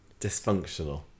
dysfunctional